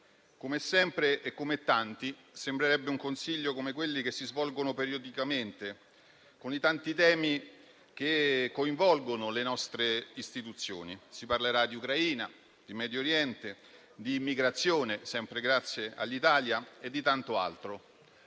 Come sempre e come tanti, sembrerebbe un Consiglio come quelli che si svolgono periodicamente, con i tanti temi che coinvolgono le nostre istituzioni: si parlerà di Ucraina, di Medio Oriente, di immigrazione (sempre grazie all'Italia) e di tanto altro.